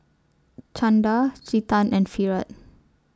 Chanda Chetan and Virat